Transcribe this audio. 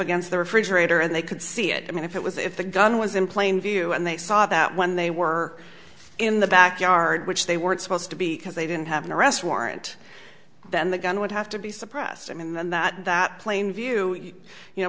against the refrigerator and they could see it i mean if it was if the gun was in plain view and they saw that when they were in the backyard which they weren't supposed to be because they didn't have an arrest warrant then the gun would have to be suppressed and that that plane view you know